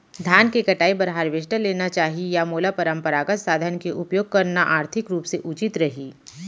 धान के कटाई बर हारवेस्टर लेना चाही या मोला परम्परागत संसाधन के उपयोग करना आर्थिक रूप से उचित रही?